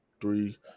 three